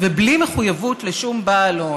ובלי מחויבות לשום בעל הון.